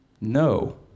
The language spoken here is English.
no